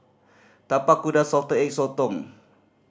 Tapak Kuda Salted Egg Sotong